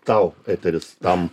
tau eteris tam